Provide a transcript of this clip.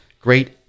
great